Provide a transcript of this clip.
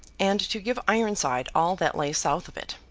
and to give ironside all that lay south of it.